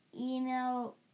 email